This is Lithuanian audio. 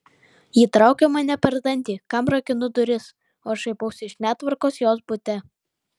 ji traukia mane per dantį kam rakinu duris o aš šaipausi iš netvarkos jos bute